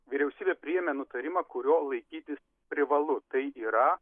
vyriausybė priėmė nutarimą kurio laikytis privalu tai yra